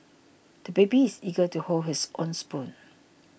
the baby is eager to hold his own spoon